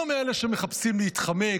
לא מאלה שמחפשים להתחמק,